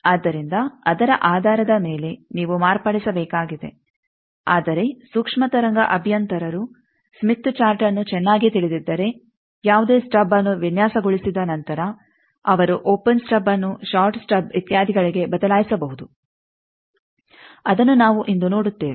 ಆದ್ದರಿಂದ ಅದರ ಆಧಾರದ ಮೇಲೆ ನೀವು ಮಾರ್ಪಡಿಸಬೇಕಾಗಿದೆ ಆದರೆ ಸೂಕ್ಷ್ಮ ತರಂಗ ಅಭಿಯಂತರರು ಸ್ಮಿತ್ ಚಾರ್ಟ್ಅನ್ನು ಚೆನ್ನಾಗಿ ತಿಳಿದಿದ್ದರೆ ಯಾವುದೇ ಸ್ಟಬ್ಅನ್ನು ವಿನ್ಯಾಸಗೊಳಿಸಿದ ನಂತರ ಅವರು ಓಪೆನ್ ಸ್ಟಬ್ಅನ್ನು ಷಾರ್ಟ್ ಸ್ಟಬ್ ಇತ್ಯಾದಿಗಳಿಗೆ ಬದಲಾಯಿಸಬಹುದು ಅದನ್ನು ನಾವು ಇಂದು ನೋಡುತ್ತೇವೆ